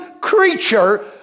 creature